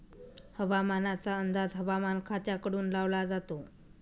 हवामानाचा अंदाज हवामान खात्याकडून लावला जातो